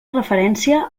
referència